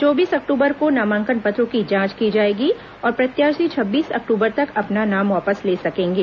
चौबीस अक्टूबर को नामांकन पत्रों की जांच की जाएगी और प्रत्याशी छब्बीस अक्टूबर तक अपना नाम वापस ले सकेंगे